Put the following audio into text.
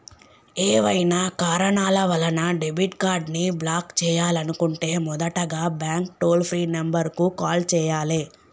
ఏవైనా కారణాల వలన డెబిట్ కార్డ్ని బ్లాక్ చేయాలనుకుంటే మొదటగా బ్యాంక్ టోల్ ఫ్రీ నెంబర్ కు కాల్ చేయాలే